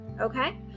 okay